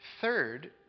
Third